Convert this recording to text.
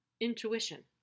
Intuition